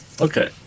Okay